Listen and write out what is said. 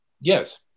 Yes